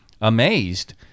amazed